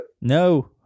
No